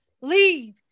leave